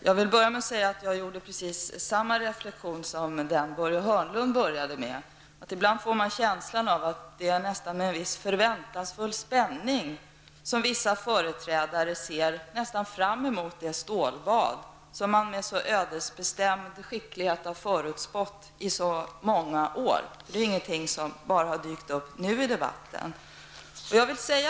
Jag vill börja med att säga att jag gjorde precis samma reflexion som den Börje Hörnlund inledde med, nämligen att man ibland får känslan av att det nästan är med en viss förväntansfull spänning som vissa företrädare ser fram emot det stålbad som man med så ödesbestämd skicklighet har förutspått i så många år. Detta är ju inte något som har dykt upp i debatten helt plötsligt.